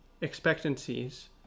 expectancies